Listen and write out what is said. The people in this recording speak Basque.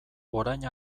orain